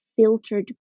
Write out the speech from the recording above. filtered